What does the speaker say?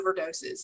overdoses